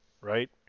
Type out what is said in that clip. right